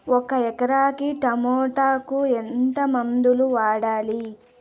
ఒక ఎకరాకి టమోటా కు ఎంత మందులు వాడాలి?